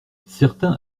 certains